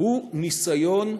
הוא ניסיון,